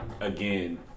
again